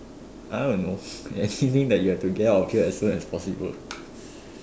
I don't know anything that you have to get out of here as soon as possible